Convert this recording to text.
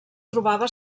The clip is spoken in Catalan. trobava